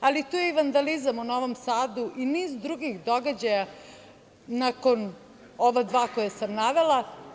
ali i tu je vandalizam u Novom Sadu i niz drugih događaja nakon ova dva koje sam navela.